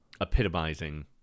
epitomizing